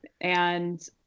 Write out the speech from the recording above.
And-